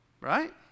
right